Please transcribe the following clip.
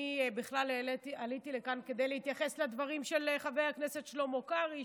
אני בכלל עליתי לכאן כדי להתייחס לדברים של חבר הכנסת שלמה קרעי,